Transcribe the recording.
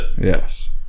Yes